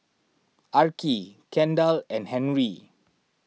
Arkie Kendal and Henri